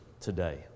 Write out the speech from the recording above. today